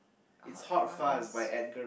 hard fast